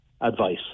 advice